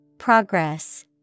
Progress